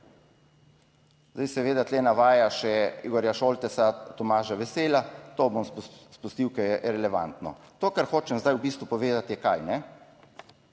Zdaj seveda tu navaja še Igorja Šoltesa, Tomaža Vesela, to bom spustil, ker je relevantno. To kar hočem zdaj v bistvu povedati je kaj,